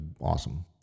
awesome